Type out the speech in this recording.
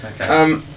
Okay